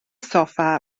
soffa